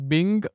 Bing